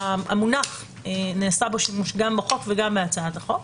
המונח נעשה בו שימוש גם בחוק וגם בהצעת החוק.